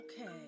Okay